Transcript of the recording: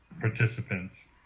participants